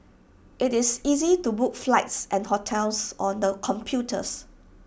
IT is easy to book flights and hotels on the computers